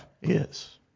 Yes